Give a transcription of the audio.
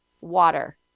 water